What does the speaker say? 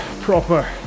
proper